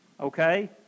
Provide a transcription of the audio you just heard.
Okay